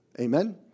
Amen